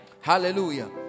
Hallelujah